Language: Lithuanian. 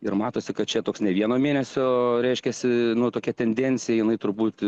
ir matosi kad čia toks ne vieno mėnesio reiškiasi nuo tokia tendencija jinai turbūt